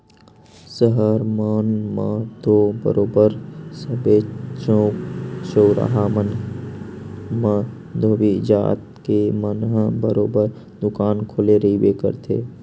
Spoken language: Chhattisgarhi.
सहर मन म तो बरोबर सबे चउक चउराहा मन म धोबी जात के मन ह बरोबर दुकान खोले रहिबे करथे